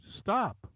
stop